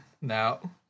now